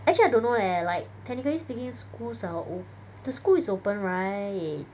actually I don't know leh like technically speaking schools are op~ the school is open right